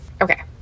Okay